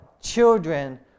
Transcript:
children